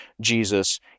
Jesus